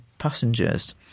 passengers